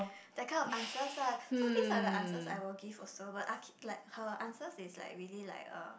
that kind of answers ah so these are the answers I will give also but I k~ like her answers is like really like uh